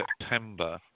September